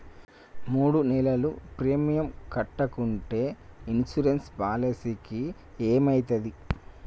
మూడు నెలలు ప్రీమియం కట్టకుంటే ఇన్సూరెన్స్ పాలసీకి ఏమైతది?